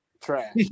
Trash